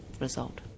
result